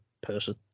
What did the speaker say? person